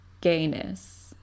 gayness